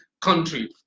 country